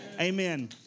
Amen